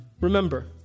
Remember